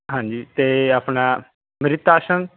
ਹਾਂਜੀ ਅਤੇ ਆਪਣਾ ਮ੍ਰਿਤ ਆਸਨ